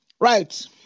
Right